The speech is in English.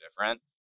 different